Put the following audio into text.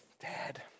Dad